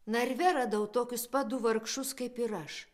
narve radau tokius pat du vargšus kaip ir aš